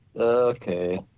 Okay